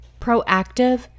proactive